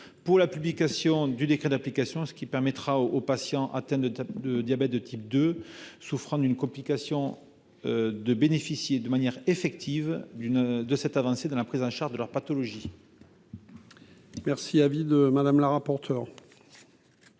pour la publication du décret d'application à ce qui permettra aux patients atteints de de diabète de type 2, souffrant d'une complication de bénéficier de manière effective d'une, de cette avancée dans la prise en charge de leur pathologie. Merci à vie de Madame la rapporteure.